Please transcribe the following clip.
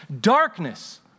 darkness